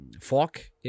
fork